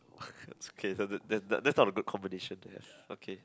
it's okay that that that that's not a good combination to have okay